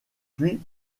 puis